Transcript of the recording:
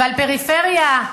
ועל פריפריה,